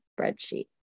spreadsheet